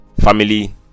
family